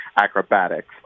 acrobatics